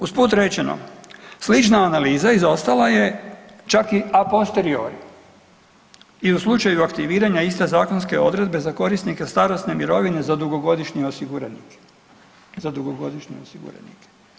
Usput rečeno slična analiza izostala je čak i a posteriori i u slučaju aktiviranja iste zakonske odredbe za korisnike starosne mirovine za dugogodišnje osiguranike, za dugogodišnje osiguranike.